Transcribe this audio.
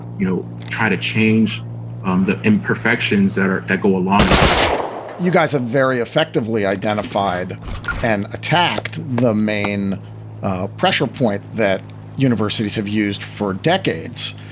you know, try to change um the imperfections that are that go along with that you guys are very effectively identified and attacked. the main ah pressure point that universities have used for decades,